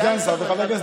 אחד סגן שר וחבר כנסת